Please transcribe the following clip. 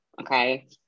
Okay